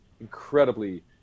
incredibly